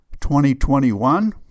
2021